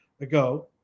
ago